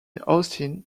austin